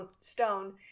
stone